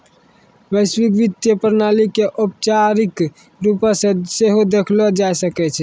वैश्विक वित्तीय प्रणाली के औपचारिक रुपो से सेहो देखलो जाय सकै छै